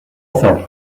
author